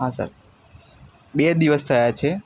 હા સર બે દિવસ થયા છે